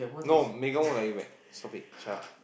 no Megan won't like you back stop it shut up